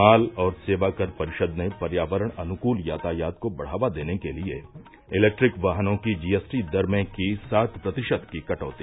माल और सेवा कर परिषद ने पर्यावरण अनुकूल यातायात को बढ़ावा देने के लिए इलेक्ट्रिक वाहनों की जीएसटी दर में की सात प्रतिशत की कटौती